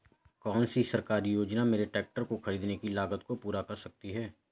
कौन सी सरकारी योजना मेरे ट्रैक्टर को ख़रीदने की लागत को पूरा कर सकती है?